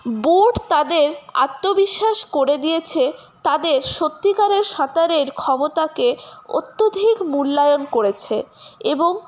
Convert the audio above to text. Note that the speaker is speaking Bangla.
বোট তাদের আত্মবিশ্বাস করে দিয়েছে তাদের সত্যিকারের সাঁতারের ক্ষমতাকে অত্যাধিক মূল্যায়ন করেছে এবং